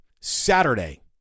Saturday